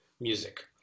music